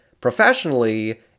Professionally